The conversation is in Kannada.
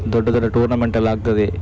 ದೊಡ್ಡ ದೊಡ್ಡ ಟೂರ್ನಮೆಂಟ್ ಎಲ್ಲ ಆಗ್ತದೆ